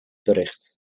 bericht